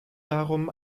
darum